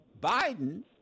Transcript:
Biden